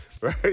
right